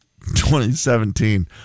2017